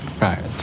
right